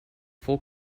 full